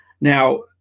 Now